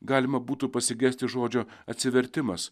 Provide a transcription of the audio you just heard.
galima būtų pasigesti žodžio atsivertimas